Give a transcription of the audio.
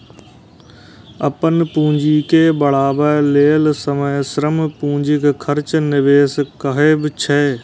अपन पूंजी के बढ़ाबै लेल समय, श्रम, पूंजीक खर्च निवेश कहाबै छै